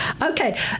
Okay